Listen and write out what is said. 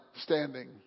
standing